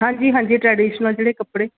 ਹਾਂਜੀ ਹਾਂਜੀ ਟਰੈਡੀਸ਼ਨਲ ਜਿਹੜੇ ਕੱਪੜੇ